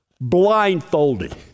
blindfolded